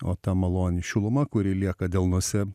o ta maloni šiluma kuri lieka delnuose